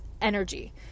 energy